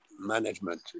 management